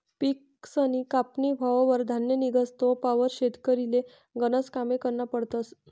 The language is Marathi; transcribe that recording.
पिकसनी कापनी व्हवावर धान्य निंघस तोपावत शेतकरीले गनज कामे करना पडतस